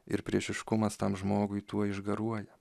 ir priešiškumas tam žmogui tuoj išgaruoja